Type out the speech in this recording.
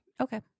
Okay